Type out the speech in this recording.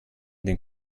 den